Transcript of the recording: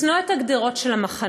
לשנוא את הגדרות של המחנות,